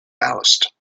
ballast